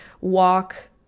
walk